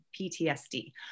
PTSD